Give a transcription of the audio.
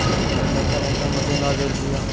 नइका नइका मशीन आ गइल बिआ